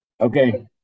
Okay